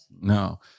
No